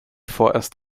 vorerst